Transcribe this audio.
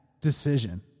decision